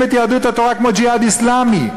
את יהדות התורה כמו "הג'יהאד האסלאמי".